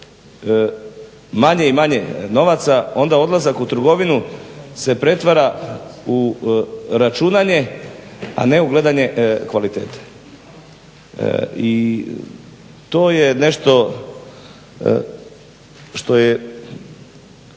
manje i manje novaca onda odlazak u trgovinu se pretvara u računanje, a ne u gledanje kvalitete. I to je nešto što je